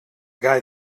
guy